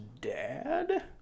dad